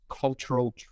cultural